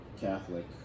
Catholic